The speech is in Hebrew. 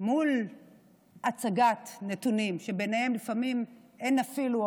מול הצגת נתונים שביניהם לפעמים אין אפילו,